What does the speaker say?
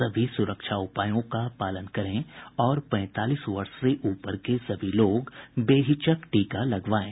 सभी सुरक्षा उपायों का पालन करें और पैंतालीस वर्ष से ऊपर के सभी लोग बेहिचक टीका लगवाएं